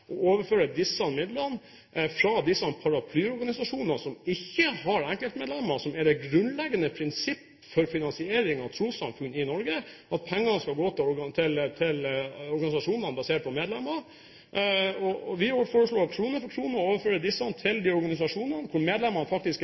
overføre disse midlene fra disse paraplyorganisasjonene, som ikke har enkeltmedlemmer – det grunnleggende prinsipp for finansiering av trossamfunn i Norge er at pengene skal gå til organisasjonene basert på medlemmer – til de organisasjonene hvor medlemmene faktisk er med. Og hvis disse organisasjonene, trossamfunnene som har medlemmer, mener at dette er